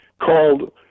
called